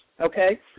Okay